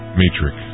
matrix